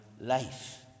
life